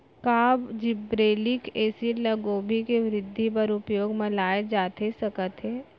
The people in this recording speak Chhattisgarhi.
का जिब्रेल्लिक एसिड ल गोभी के वृद्धि बर उपयोग म लाये जाथे सकत हे?